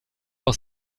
auch